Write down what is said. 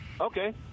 okay